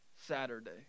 saturday